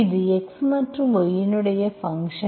இது x மற்றும் y இன் ஃபங்க்ஷன்